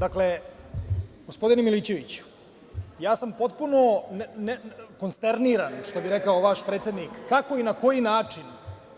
Dakle, gospodine Milićeviću, ja sam potpuno konsterniran, što bi rekao vaš predsednik, kako i na koji način